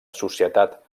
societat